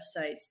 websites